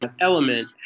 element